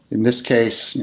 in this case,